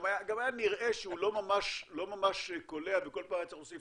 גם היה נראה שהוא לא ממש קולע וכל פעם היה צריך להוסיף